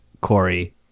Corey